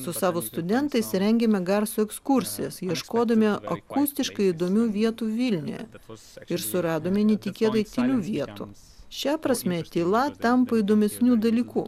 su savo studentais rengėme garso ekskursijas ieškodami akustiškai įdomių vietų vilniuje ir suradome netikėtai tylių vietų šia prasme tyla tampa įdomesniu dalyku